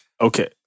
Okay